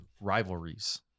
rivalries